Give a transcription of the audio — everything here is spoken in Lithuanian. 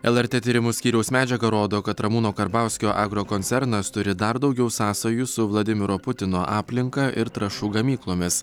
lrt tyrimų skyriaus medžiaga rodo kad ramūno karbauskio agrokoncernas turi dar daugiau sąsajų su vladimiro putino aplinka ir trąšų gamyklomis